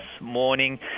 morning